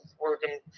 working